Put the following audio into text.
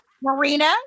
Marina